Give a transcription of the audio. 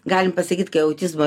galim pasakyt kai autizmo